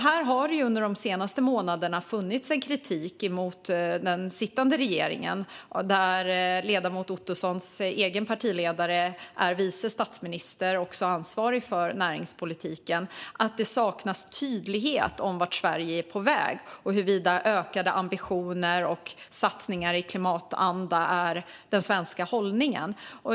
Det har under de senaste månaderna funnits kritik mot den sittande regeringen. Ledamoten Ottossons egen partiledare är ju vice statsminister och ansvarig för näringspolitiken. Kritiken har varit att det saknas tydlighet om vart Sverige är på väg och huruvida ökade ambitioner och satsningar i klimatanda är den svenska hållningen.